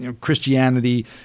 Christianity